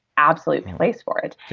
absolute place for it.